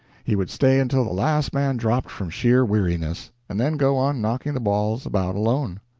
he would stay until the last man dropped from sheer weariness, and then go on knocking the balls about alone.